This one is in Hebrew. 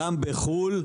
גם בחו"ל,